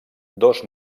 dos